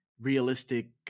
realistic